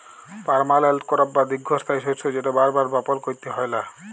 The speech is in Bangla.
পার্মালেল্ট ক্রপ বা দীঘ্ঘস্থায়ী শস্য যেট বার বার বপল ক্যইরতে হ্যয় লা